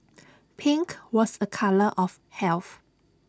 pink was A colour of health